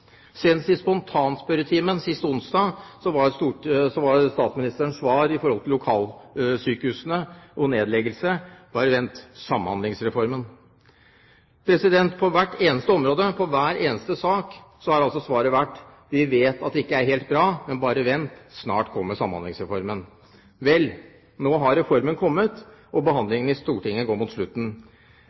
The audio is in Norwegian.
Senest i spontanspørretimen sist onsdag var statsministerens svar med hensyn til lokalsykehusene og nedleggelse: Bare vent – Samhandlingsreformen. På hvert eneste område og i hver eneste sak har altså svaret vært: Vi vet at det ikke er helt bra, men bare vent, snart kommer Samhandlingsreformen. Vel, nå har reformen kommet, og behandlingen i Stortinget går mot slutten.